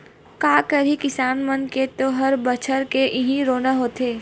का करही किसान मन के तो हर बछर के इहीं रोना होथे